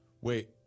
Wait